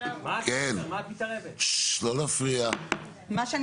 מה שאני